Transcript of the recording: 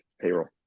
payroll